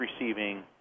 receiving